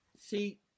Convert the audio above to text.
see